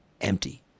empty